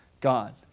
God